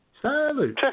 Salute